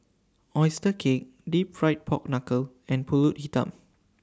Oyster Cake Deep Fried Pork Knuckle and Pulut Hitam